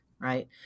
right